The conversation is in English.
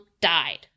died